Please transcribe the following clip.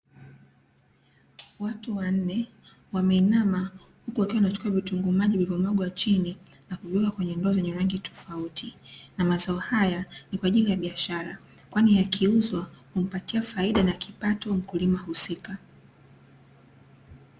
Watu wanne wameinamana huku wakichukua vitunguu maji vilivyomwagwa chini na kuviweka kwenye ndoo zenye rangi tofauti. Na mazao haya nikwaajili ya biashara kwani yakiuzwa humpatia faida na kipato mkulima husika .